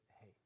hey